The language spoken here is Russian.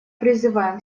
призываем